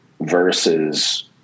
versus